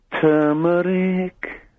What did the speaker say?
Turmeric